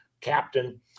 captain